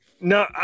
No